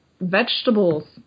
vegetables